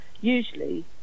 usually